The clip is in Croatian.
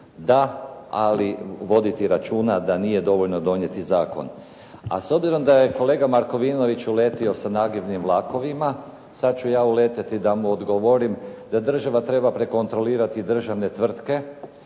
Da, ali voditi računa da nije dovoljno donijeti zakon. A s obzirom da je kolega Markovinović uletio sa nagibnim vlakovima. Sada ću ja uletiti da mu odgovorim, da država treba prekontrolirati državne tvrtke